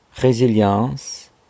Résilience